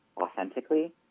authentically